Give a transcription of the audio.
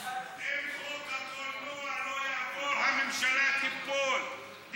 אם חוק הקולנוע לא יעבור הממשלה תיפול.